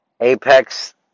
Apex